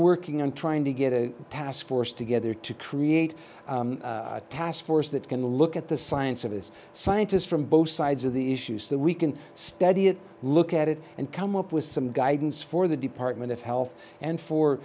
working on trying to get a task force together to create a task force that can look at the science of this scientists from both sides of the issues that we can study it look at it and come up with some guidance for the department of health and for